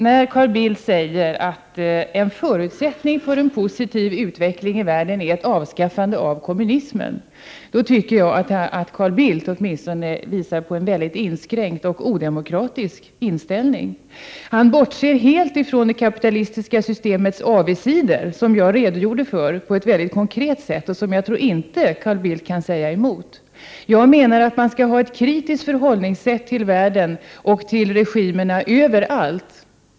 När Carl Bildt säger att en förutsättning för en positiv utveckling i världen är ett avskaffande av kommunismen, tycker jag att Carl Bildt visar en mycket inskränkt och odemokratisk inställning. Han bortser helt från det kapitalistiska systemets avigsidor, som jag redogjorde för på ett konkret sätt och som jag inte tror att Carl Bildt kan säga emot. Jag menar att man skall ha ett kritiskt förhållningssätt till världen och till regimerna överallt.